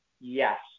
yes